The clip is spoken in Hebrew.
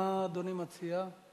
מה אדוני מציע?